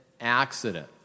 accident